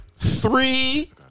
Three